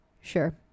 Sure